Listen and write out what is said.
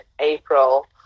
April